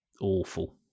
awful